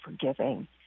forgiving